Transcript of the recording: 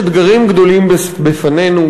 יש אתגרים גדולים בפנינו,